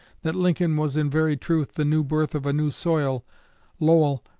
that lincoln was in very truth the new birth of a new soil lowell,